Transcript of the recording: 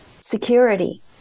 Security